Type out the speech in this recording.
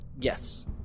Yes